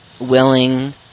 willing